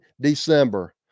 December